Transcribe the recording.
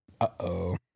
uh-oh